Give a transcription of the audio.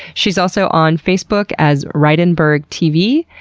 she's also on facebook as reidenbergtv.